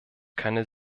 keine